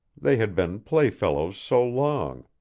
they had been playfellows so long.